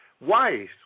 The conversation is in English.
wise